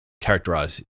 characterize